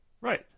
Right